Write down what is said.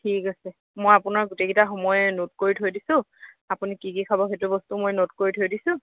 ঠিক আছে মই আপোনাৰ গোটেইকেইটা সময়েই নোট কৰি থৈ দিছোঁ আপুনি কি কি খাব সেইটো বস্তু মই নোট কৰি থৈ দিছোঁ